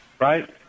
right